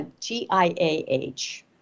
GIAH